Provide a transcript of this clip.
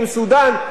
עם סודן.